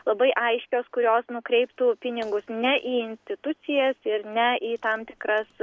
labai aiškios kurios nukreiptų pinigus ne į institucijas ir ne į tam tikras